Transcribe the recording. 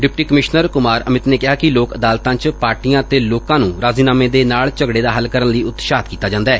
deputy commissioner Kumar Amit ਨੇ ਕਿਹਾ ਕਿ ਲੋਕ ਅਦਾਲਤਾਂ ਚ ਪਾਰਟੀਆਂ ਅਤੇ ਲੋਕਾਂ ਨੂੰ ਰਾਜੀਨਾਮੇ ਦੇ ਨਾਲ ਝਗੜੇ ਦਾ ਹੱਲ ਕਰਨ ਲਈ ਉਤਸ਼ਾਹਿਤ ਕੀਤਾ ਜਾਂਦੈ